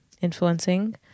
influencing